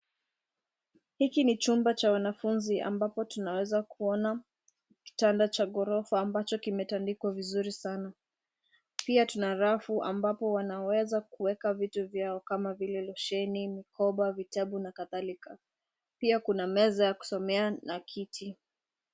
Hiki ni chumba cha wanafunzi ambapo tunaweza kuona kitanda cha ghorofa ambacho kimetandikwa vizuri sana. Pia tuna rafu ambapo wanaweza kuweka vitu vyao kama vile losheni, mikoba, vitabu na kadhalika. Pia kuna meza ya kusomea na kiti.